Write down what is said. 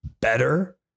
better